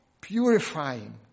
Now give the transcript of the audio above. purifying